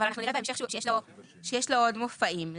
אבל אנחנו נראה בהמשך שיש לו עוד מופעים.